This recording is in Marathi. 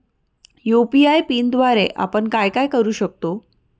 यू.पी.आय पिनद्वारे आपण काय काय करु शकतो?